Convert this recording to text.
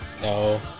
No